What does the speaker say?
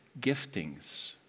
giftings